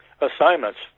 assignments